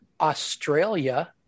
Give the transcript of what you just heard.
Australia